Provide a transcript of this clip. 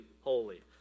holy